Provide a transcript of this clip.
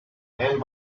and